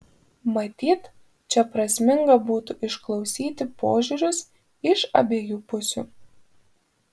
matyt čia prasminga būtų išklausyti požiūrius iš abiejų pusių